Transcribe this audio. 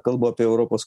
kalbu apie europos